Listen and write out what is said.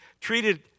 treated